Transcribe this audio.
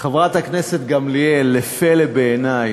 חברת הכנסת גמליאל, לפלא בעיני,